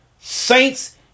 Saints